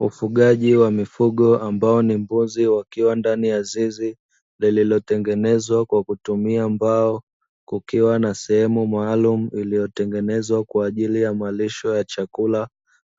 Ufugaji wa mifugo ambao ni mbuzi wakiwa ndnai ya zizi lililotengenezwa kwa kutumia mbao, kukiwa na sehemu maalumu iliyotengenezwa kwa ajili ya malisho ya chakula,